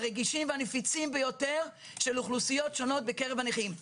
הרגישים והנפיצים ביותר של אוכלוסיות שונות בקרב הנכים.